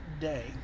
day